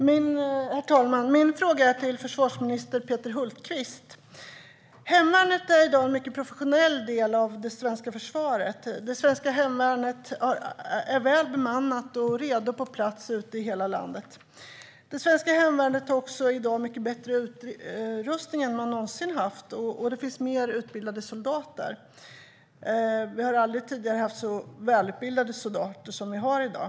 Herr talman! Min fråga går till försvarsminister Peter Hultqvist. Hemvärnet är i dag en mycket professionell del av det svenska försvaret. Det svenska hemvärnet är väl bemannat och redo på plats ute i hela landet. I dag har det svenska hemvärnet mycket bättre utrustning än det någonsin haft, och det finns mer utbildade soldater. Vi har aldrig tidigare haft så välutbildade soldater som vi har i dag.